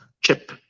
chip